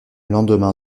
lendemain